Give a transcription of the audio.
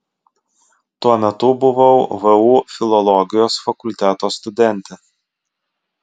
tuo metu buvau vu filologijos fakulteto studentė